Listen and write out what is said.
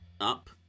up